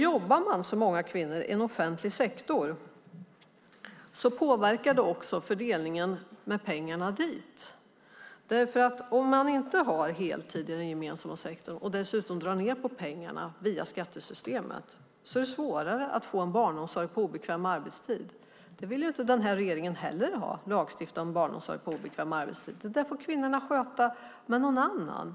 Jobbar man som många kvinnor i offentlig sektor påverkar det också fördelningen av pengar dit, för om man inte har heltider i den gemensamma sektorn och dessutom drar ned på pengarna via skattesystemet är det svårare att få en barnomsorg på obekväm arbetstid. Den här regeringen vill inte heller lagstifta om barnomsorg på obekväm arbetstid. Det där får kvinnorna sköta med någon annan.